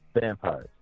vampires